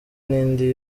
n’indi